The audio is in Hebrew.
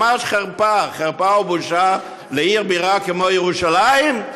ממש חרפה ובושה לעיר בירה כמו ירושלים,